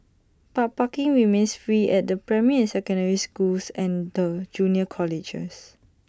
but parking remains free at the primary and secondary schools and the junior colleges